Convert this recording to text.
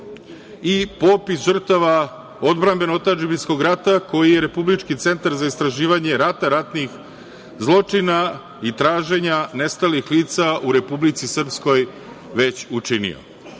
i popis žrtava Odbrambeno-otadžbinskog rata koji je Republički centar za istraživanje rata, ratnih zločina i traženja nestalih lica u Republici Srpskoj već učinio. Uvažene